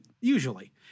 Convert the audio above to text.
Usually